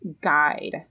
guide